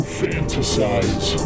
fantasize